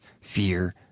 fear